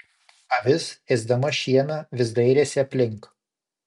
avis ėsdama šieną vis dairėsi aplink